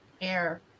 air